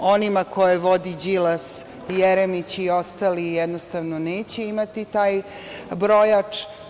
Oni koje vodi Đilas, Jeremić i ostali jednostavno neće imati taj brojač.